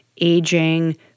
aging